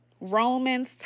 Romans